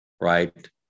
right